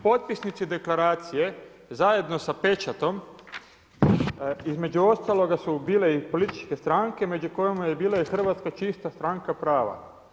Potpisnici deklaracije zajedno sa pečatom između ostaloga su bile i političke stranke među kojima je bila i Hrvatska čista stranka prava.